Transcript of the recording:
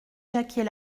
jacquier